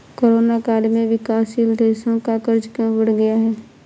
Corona काल में विकासशील देशों का कर्ज क्यों बढ़ गया है?